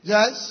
Yes